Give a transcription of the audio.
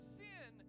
sin